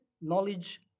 knowledge